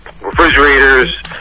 refrigerators